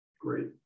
Great